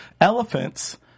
Elephants